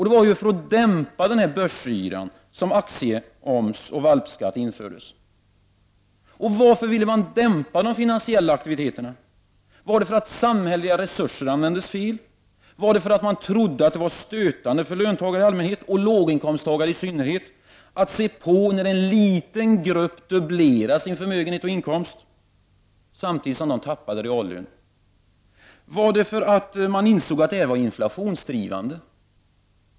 Det var för att dämpa den börsyra som rådde som aktieoms och s.k. valpskatt infördes. Varför ville man då dämpa de finansiella aktiviteterna? Var det för att samhälleliga resurser användes fel, eller var det för att man trodde att det var stötande för löntagare i allmänhet och låginkomsttagare i synnerhet att se på när en liten grupp dubblerade sin förmögenhet och inkomst samtidigt som de själva tappade reallön? Var det därför att man insåg att det här var inflationsdrivande?